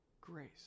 grace